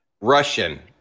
Russian